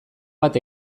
bat